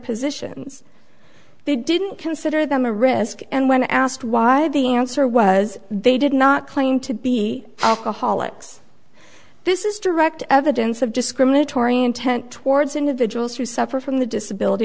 positions they didn't consider them a risk and when asked why the answer was they did not claim to be alcoholics this is direct evidence of discriminatory intent towards individuals who suffer from the disability